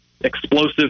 explosive